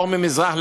"אור ממזרח",